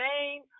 name